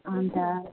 अन्त